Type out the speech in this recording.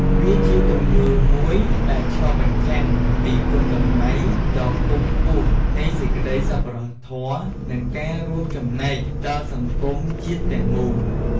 វាជាទង្វើមួយដែលឆ្លុះបញ្ចាំងពីគុណតម្លៃដ៏ខ្ពង់ខ្ពស់នៃសេចក្តីសប្បុរសធម៌ និងការរួមចំណែកដល់សង្គមជាតិទាំងមូល។